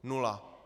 Nula.